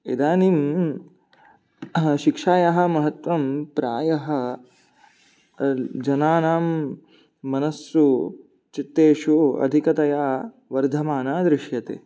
इदानीं शिक्षायाः महत्वं प्रायः जनानां मनस्सु चित्तेषु अधिकतया वर्धमाना दृश्यते